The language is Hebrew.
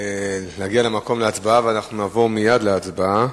להגיע למקום להצבעה, ואנחנו נעבור מייד להצבעה.